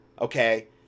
okay